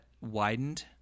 widened